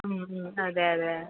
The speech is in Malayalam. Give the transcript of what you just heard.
ഉം ഉം അതെ അതെ